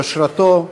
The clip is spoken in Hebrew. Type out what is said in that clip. יושרתו,